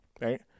right